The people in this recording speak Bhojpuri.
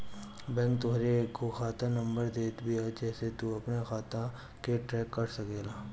बैंक तोहके एगो खाता नंबर देत बिया जेसे तू अपनी खाता के ट्रैक कर सकेला